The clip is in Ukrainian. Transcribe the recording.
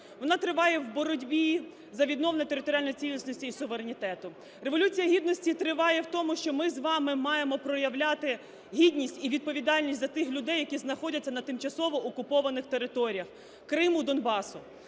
вона триває в боротьбі за відновлення територіальної цілісності і суверенітету, Революція Гідності триває в тому, що ми з вами маємо проявляти гідність і відповідальність за тих людей, які знаходяться на тимчасово окупованих територіях – Криму, Донбасу.